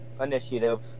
initiative